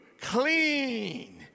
clean